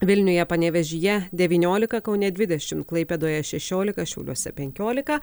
vilniuje panevėžyje devyniolika kaune dvdešim klaipėdoje šešiolika šiauliuose penkiolika